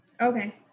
Okay